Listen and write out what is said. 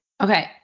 Okay